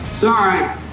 Sorry